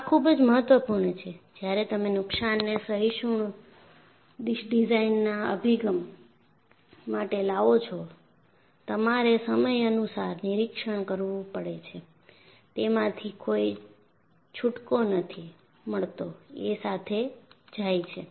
આ ખૂબ જ મહત્વપૂર્ણ છે જ્યારે તમે નુકસાનને સહિષ્ણુ ડિઝાઇનના અભિગમ માટે લાવો છો તમારે સમય અનુસાર નિરીક્ષણ કરવું પડે છે તેમાંથી કોઈ છૂટકો નથી મળતો એ સાથે જાય છે